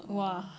嗯 lor